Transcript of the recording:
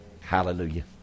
Hallelujah